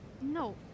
No